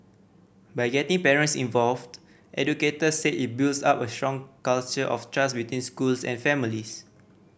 by getting parents involved educators said it builds up a strong culture of trust between schools and families